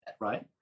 right